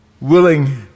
willing